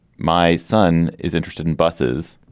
my son is interested in buses